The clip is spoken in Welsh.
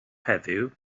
heddiw